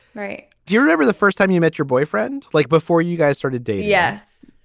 right. do you remember the first time you met your boyfriend, like before you guys started day? yes.